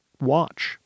watch